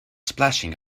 splashing